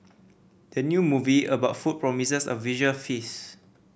the new movie about food promises a visual feast